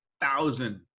thousand